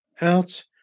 out